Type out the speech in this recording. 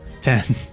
Ten